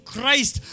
Christ